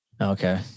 Okay